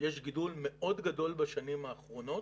יש גידול מאוד גדול בשנים האחרונות,